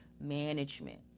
management